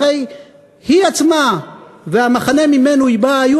הרי היא עצמה והמחנה שממנו היא באה היו